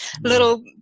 little